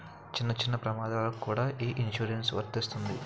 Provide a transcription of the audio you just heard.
చిన్న చిన్న ప్రమాదాలకు కూడా ఈ ఇన్సురెన్సు వర్తిస్తుంది